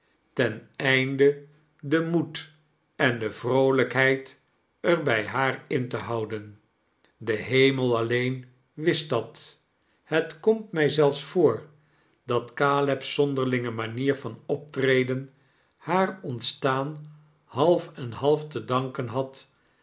ten einde den moed en de vroolijkheid er bij haar in te houden de hemel alleen wist dat het komt mij zelfs voor dat caleb's zonderlinge manier van optreden haar ontstaan half en half te danken had